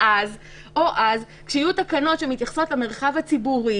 או אז, כשיהיו תקנות שמתייחסות למרחב הציבורי,